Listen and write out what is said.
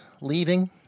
leaving